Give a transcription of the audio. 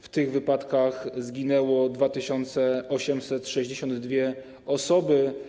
W tych wypadkach zginęły 2862 osoby.